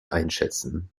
einschätzen